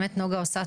נגה עושה,